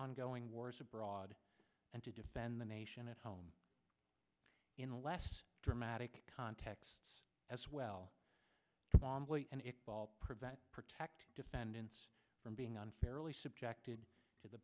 ongoing wars abroad and to defend the nation at home in a less dramatic contexts as well bombay and it ball prevent protect defendants from being unfairly subjected to the